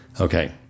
Okay